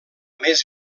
més